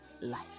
life